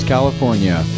California